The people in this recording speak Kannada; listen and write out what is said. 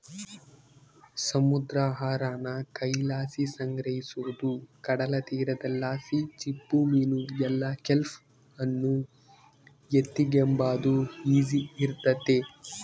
ಸಮುದ್ರ ಆಹಾರಾನ ಕೈಲಾಸಿ ಸಂಗ್ರಹಿಸೋದು ಕಡಲತೀರದಲಾಸಿ ಚಿಪ್ಪುಮೀನು ಇಲ್ಲ ಕೆಲ್ಪ್ ಅನ್ನು ಎತಿಗೆಂಬಾದು ಈಸಿ ಇರ್ತತೆ